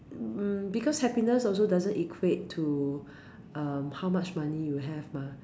mm because happiness also doesn't equate to um how much money you have mah